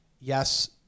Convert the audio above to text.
yes